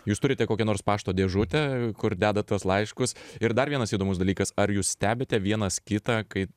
jūs turite kokią nors pašto dėžutę kur dedat tuos laiškus ir dar vienas įdomus dalykas ar jūs stebite vienas kitą kai